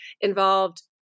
involved